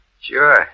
Sure